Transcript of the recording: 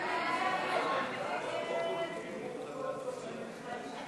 התשע"ו 2016, לוועדת הפנים והגנת הסביבה